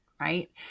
Right